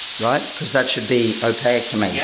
but because that should be opaque to me.